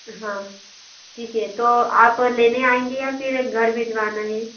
हाँ ठीक है तो आप लेने आएंगे या फिर घर भिजवाना है